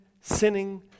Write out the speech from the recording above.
sinning